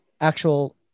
actual